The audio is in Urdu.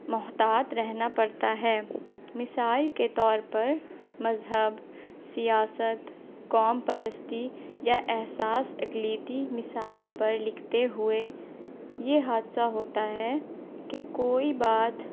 محتاط رہنا پڑتا ہے مثال کے طور پر مذہب سیاست قوم پرستی یا احساس اقلیتی مسائل پر لکھتے ہوئے یہ حادثہ ہوتا ہے کہ کوئی بات